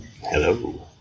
Hello